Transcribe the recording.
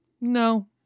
no